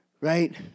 right